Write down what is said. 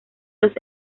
los